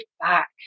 back